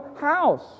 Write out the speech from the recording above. house